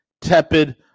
tepid